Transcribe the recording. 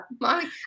Mommy